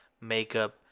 makeup